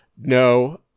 No